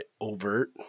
overt